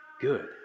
good